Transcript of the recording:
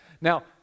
Now